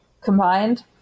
combined